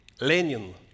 Lenin